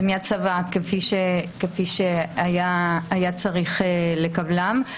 כפי שהיה צריך לקבלם.